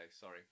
sorry